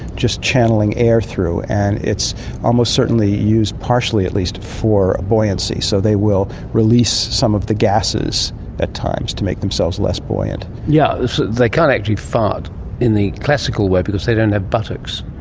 just channelling air through, and it's almost certainly used, partially at least, for buoyancy. so they will release some of the gases at times to make themselves less buoyant. yes, they can't actually fart in the classical way, because they don't have buttocks.